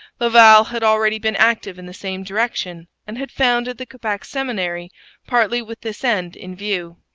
laval had already been active in the same direction, and had founded the quebec seminary partly with this end in view.